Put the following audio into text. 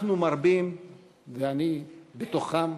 אנחנו, ואני בכלל זה,